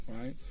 Right